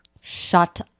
shut